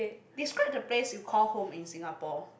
describe the place you call home in Singapore